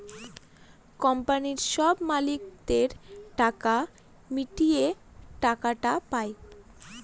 কোম্পানির সব মালিকদের টাকা মিটিয়ে টাকাটা পায়